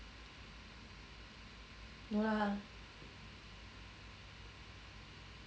no lah